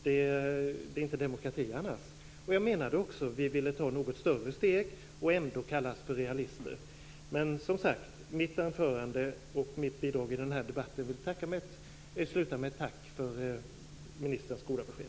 Det är inte demokrati annars. Jag menade också att vi ville ta något större steg och ändå kallas för realister. Men som sagt: Jag vill sluta mitt anförande och mitt bidrag till denna debatt med att tacka för ministerns goda besked.